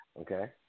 okay